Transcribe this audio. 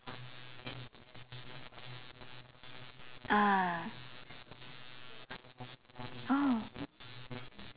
ah oh